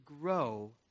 grow